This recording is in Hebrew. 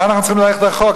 למה אנחנו צריכים ללכת רחוק?